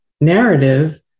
narrative